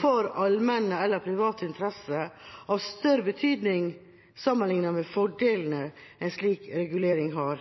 for allmenne eller private interesser av større betydning enn fordelene en slik regulering har.